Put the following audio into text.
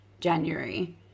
january